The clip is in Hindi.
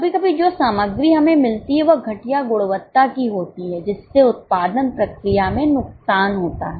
कभी कभी जो सामग्री हमें मिलती है वह घटिया गुणवत्ता की होती है जिससे उत्पादन प्रक्रिया में नुकसान होता है